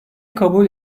kabul